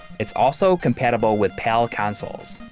it's also compatible with pal consoles.